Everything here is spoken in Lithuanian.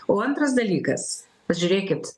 o antras dalykas žiūrėkit